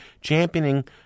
championing